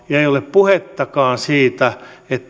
puhettakaan siitä että he